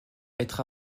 être